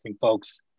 folks